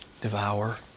devour